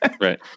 right